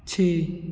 ਛੇ